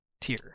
tier